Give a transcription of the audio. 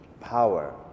power